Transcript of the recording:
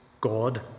God